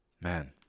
man